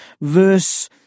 verse